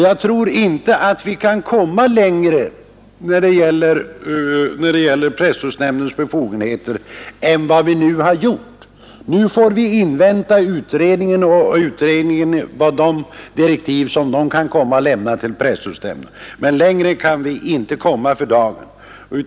Jag tror inte vi kan komma längre för närvarande när det gäller presstödsnämndens befogenheter än vad vi nu gjort. Nu får vi invänta utredningen och de direktiv som den kan komma att lämna till presstödsnämnden, men längre kan vi inte komma för dagen.